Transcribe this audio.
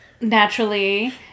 naturally